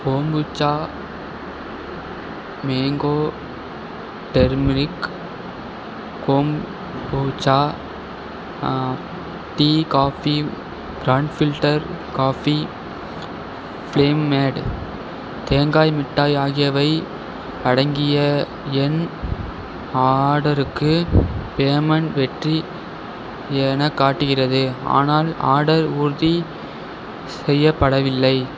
kombucha mango turmeric kombucha tea coffee grand filter coffee flame made தேங்காய் மிட்டாய் ஆகியவை அடங்கிய என் ஆடருக்கு பேமெண்ட் வெற்றி எனக் காட்டுகிறது ஆனால் ஆடர் உறுதி செய்யப்படவில்லை